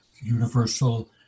Universal